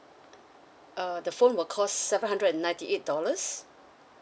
uh the phone will cost seven hundred and ninety eight dollars